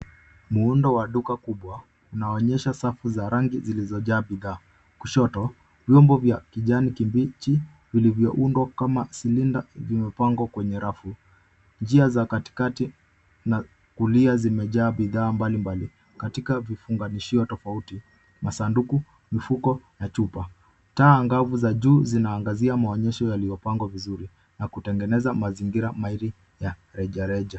Muundo wa duka kubwa unaoonyesha safu za rangi zilizojaa bidhaa. Kushoto vyombo vya kijani kibichi vilivyoundwa kama silinda vimepangwa kwenye rafu, njia za katikati na kulia zimejaa bidhaa mbalimbali. Katika vifunganishio tofauti: masanduku, mifuko na chupa. Taa angavu za juu zinaangazia maonyesho yaliyopangwa vizuri na kutengeneza mazingira mairi ya rejareja.